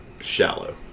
shallow